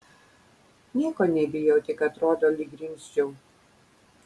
nieko nebijau tik atrodo lyg grimzčiau